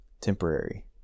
temporary